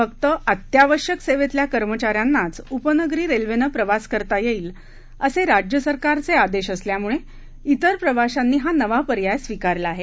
फक्त अत्यावश्यक सेवेतल्या कर्मचाऱ्यांनाच उपनगरी रेल्वेनं प्रवास करता येईल असे राज्य सरकारचे आदेश असल्यामुळे इतर प्रवाशांनी हा नवा पर्याय स्वीकारला आहे